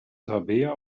tabea